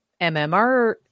MMR